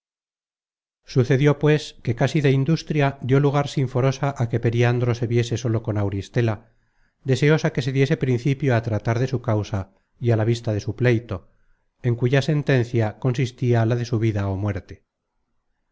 sucedió pues que casi de industria dió lugar sinforosa á que periandro se viese solo con auristela deseosa que se diese principio a tratar de su causa y á la vista de su pleito en cuya sentencia consistia la de su vida ó muerte